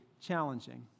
challenging